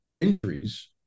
injuries